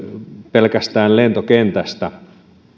pelkästään lentokentästä